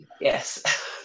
Yes